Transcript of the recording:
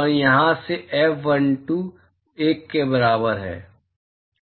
और यहाँ से F12 1 के बराबर है